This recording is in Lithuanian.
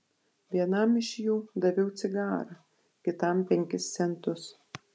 vienam iš jų daviau cigarą kitam penkis centus